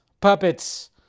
Puppets